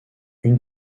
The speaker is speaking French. une